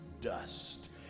dust